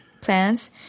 plans